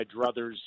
druthers